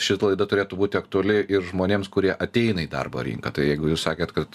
šita laida turėtų būti aktuali ir žmonėms kurie ateina į darbo rinką tai jeigu jūs sakėt kad